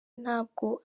ntabwo